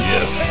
Yes